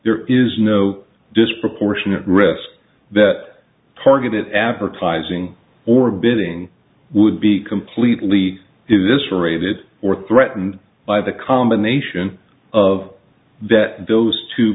there is no disproportionate risk that targeted advertising or building would be completely in this raided or threatened by the combination of that those two